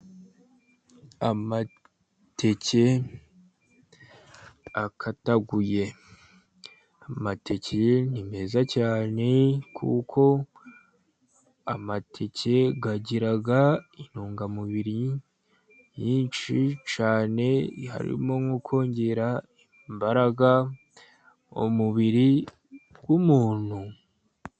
Amateke akataguye . Amateke ni meza cyane , kuko, agira intungamubiri nyinshi cyane, harimo kongera imbaraga mu mubiri w'umuntu .